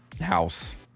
House